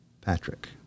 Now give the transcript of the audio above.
patrick